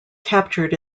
captured